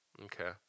Okay